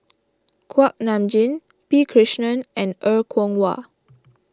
Kuak Nam Jin P Krishnan and Er Kwong Wah